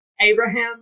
Abraham